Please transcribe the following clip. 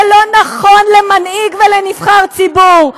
ולא נכון למנהיג ולנבחר ציבור.